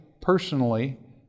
personally